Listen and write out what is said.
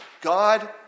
God